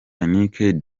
yannick